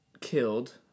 killed